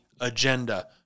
agenda